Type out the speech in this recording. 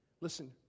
listen